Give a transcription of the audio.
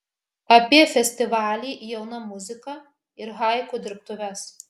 apie festivalį jauna muzika ir haiku dirbtuves